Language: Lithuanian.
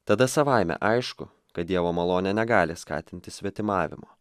tada savaime aišku kad dievo malonė negali skatinti svetimavimo